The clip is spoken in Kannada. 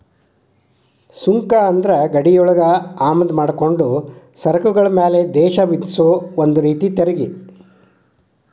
ಸುಂಕ ಅಂದ್ರ ಗಡಿಯೊಳಗ ಆಮದ ಮಾಡ್ಕೊಂಡ ಸರಕುಗಳ ಮ್ಯಾಲೆ ದೇಶ ವಿಧಿಸೊ ಒಂದ ರೇತಿ ತೆರಿಗಿ